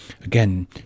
again